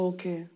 Okay